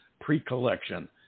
pre-collection